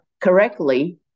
correctly